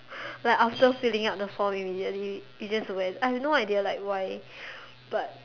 like outer filling up the form immediately we just went I have no idea like why but